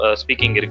speaking